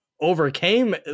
overcame